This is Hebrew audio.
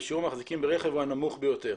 ושיעור המחזיקים ברכב הוא הנמוך ביותר.